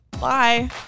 Bye